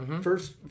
First